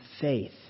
faith